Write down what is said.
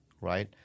right